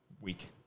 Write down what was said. week